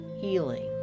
healing